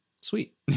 sweet